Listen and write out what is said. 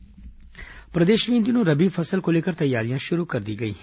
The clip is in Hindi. रबी फसल प्रदेश में इन दिनों रबी फसल को लेकर तैयारियां शुरू कर दी गई हैं